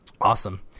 Awesome